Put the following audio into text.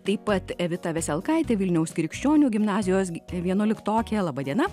taip pat evita veselkaitė vilniaus krikščionių gimnazijos vienuoliktokė laba diena